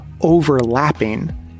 overlapping